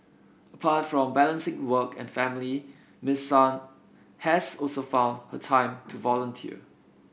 apart from balancing work and family Miss Sun has also found a time to volunteer